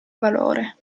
valore